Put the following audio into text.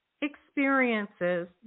experiences